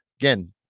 Again